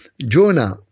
Jonah